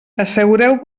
assegureu